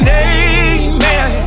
amen